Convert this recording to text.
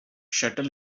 shuffle